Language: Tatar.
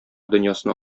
дөньясына